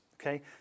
Okay